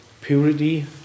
purity